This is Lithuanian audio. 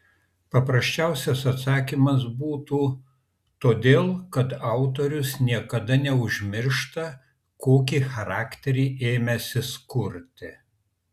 paprasčiausias atsakymas būtų todėl kad autorius niekada neužmiršta kokį charakterį ėmęsis kurti